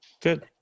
Good